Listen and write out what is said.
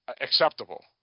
acceptable